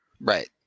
Right